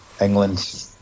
England